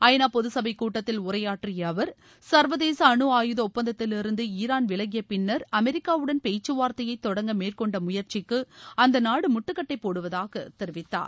ஐநா பொதுச் சபை கூட்டத்தில் உரையாற்றிய அவர் சா்வதேச அணு ஆயுத ஒப்பந்தத்திலிருந்து ஈரான் விலகிய பின்னா் அமெரிக்காவுடன் பேச்சுவார்த்தையை தொடங்க மேற்கொண்ட முயற்சிக்கு அந்த நாடு முட்டுக்கட்டை போடுவதாக தெரிவித்தார்